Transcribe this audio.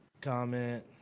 comment